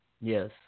Yes